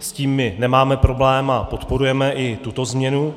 S tím my nemáme problém a podporujeme i tuto změnu.